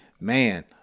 man